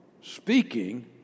speaking